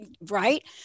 right